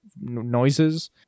noises